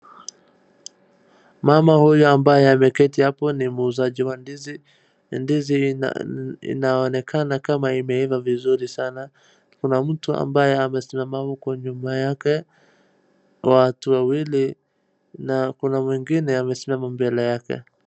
Mama huyu ambaye ameketi hapo ni muuzaji wa ndizi. Ndizi inaonekana kama imeiva vizuri sana. Kuna mtu ambaye amesimama huku nyuma yake, watu wawili na kuna mwingine amesimama mbele yake.